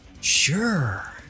Sure